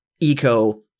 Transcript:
Eco